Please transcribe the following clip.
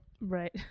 Right